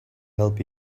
help